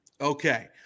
Okay